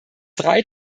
drei